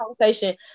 conversation